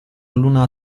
luna